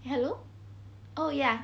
hello oh ya